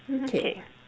okay